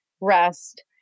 rest